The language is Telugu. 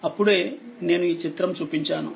ఇప్పుడే నేనుఆ చిత్రం చూపించాను